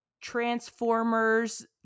Transformers